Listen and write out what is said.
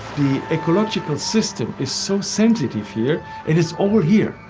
ecological system is so sensitive here it is all here.